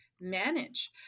manage